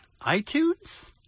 iTunes